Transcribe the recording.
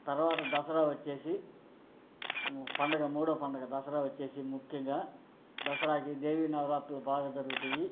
తరువాత దసరా వచ్చి పండగ మూడవ పండగ దసరా వచ్చి ముఖ్యంగా దసరాకి దేవీ నవరాత్రులు బాగా జరుగుతాయి